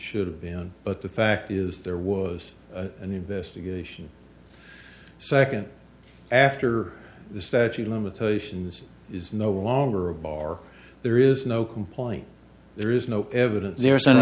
should have been but the fact is there was an investigation second after the statute of limitations is no longer a bar there is no complaint there is no evidence